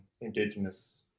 indigenous